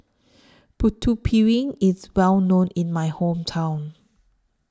Putu Piring IS Well known in My Hometown